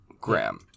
Graham